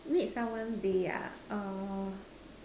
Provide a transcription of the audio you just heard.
make someone's day ah err